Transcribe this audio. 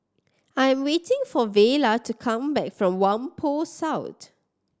I'm waiting for Vela to come back from Whampoa South